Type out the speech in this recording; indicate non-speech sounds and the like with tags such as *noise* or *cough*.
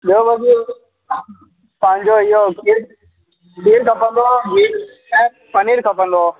ॿियों बि तव्हांजो इहो *unintelligible* पनीर खपंदो